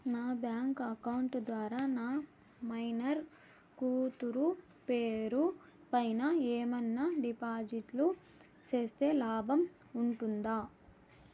నా bank account ద్వారా నా మైనర్ కూతురు పేరు పైన ఏమన్నా డిపాజిట్లు సేస్తే లాభం ఉంటుందా?